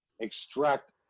extract